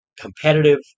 competitive